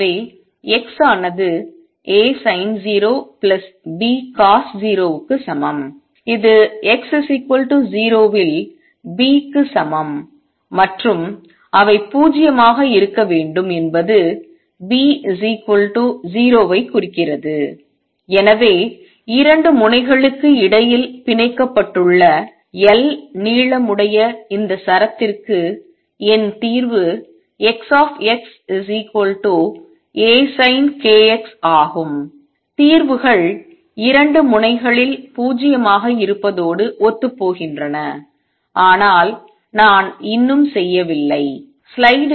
எனவே X ஆனது A sin 0 B cos 0 க்கு சமம் இது x 0 ல் B க்கு சமம் மற்றும் அவை 0 ஆக இருக்க வேண்டும் என்பது B 0 ஐ குறிக்கிறது எனவே 2 முனைகளுக்கு இடையில் பிணைக்கப்பட்டுள்ள L நீளமுடைய இந்த சரத்திற்கு என் தீர்வு X A sin k x ஆகும் தீர்வுகள் 2 முனைகளில் 0 ஆக இருப்பதோடு ஒத்துப்போகின்றன ஆனால் நான் இன்னும் செய்யவில்லை